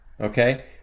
Okay